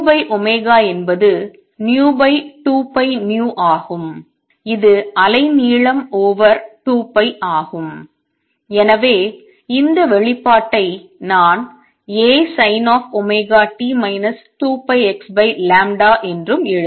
vω என்பது v2πνஆகும் இது அலை நீளம் ஓவர் 2π ஆகும் எனவே இந்த வெளிப்பாட்டை நான் ASinωt 2πxλ என்றும் எழுதலாம்